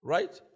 Right